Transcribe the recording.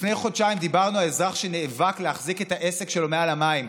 לפני חודשיים דיברנו על אזרח שנאבק להחזיק את העסק שלו מעל המים.